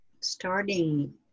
starting